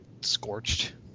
scorched